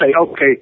okay